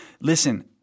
Listen